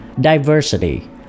diversity